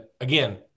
again